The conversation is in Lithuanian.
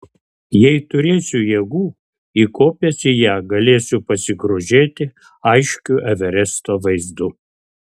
jei turėsiu jėgų įkopęs į ją galėsiu pasigrožėti aiškiu everesto vaizdu